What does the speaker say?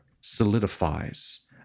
solidifies